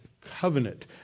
covenant